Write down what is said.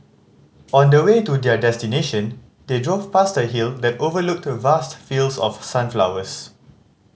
on the way to their destination they drove past a hill that overlooked vast fields of sunflowers